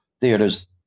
theater's